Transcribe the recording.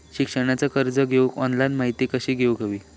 शिक्षणाचा कर्ज घेऊक ऑनलाइन माहिती कशी घेऊक हवी?